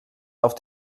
auf